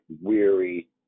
weary